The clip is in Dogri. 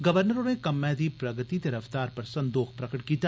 गवर्नर होरें कम्मै दी प्रगति ते रफ्तार पर संदोख प्रगट कीता